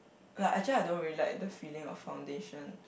like actually I don't really like the feeling of foundation